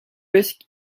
risk